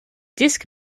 disc